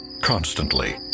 Constantly